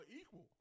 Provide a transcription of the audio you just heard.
equal